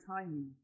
timing